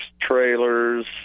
trailers